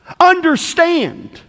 Understand